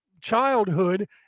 childhood